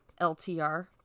LTR